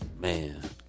Man